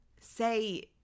say –